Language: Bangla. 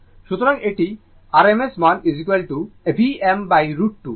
সুতরাং এটি rms মান Vm√ 2